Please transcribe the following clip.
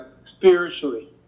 spiritually